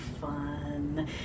fun